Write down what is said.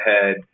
head